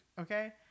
Okay